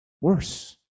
worse